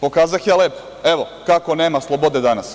Pokazah ja lepo, evo, kako nema slobode danas.